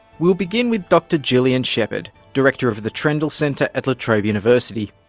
we'll begin with dr gillian shepherd, director of the trendall centre at la trobe university.